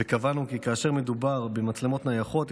וקבענו כי כאשר מדובר במצלמות נייחות,